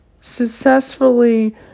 successfully